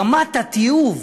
רמת התיעוב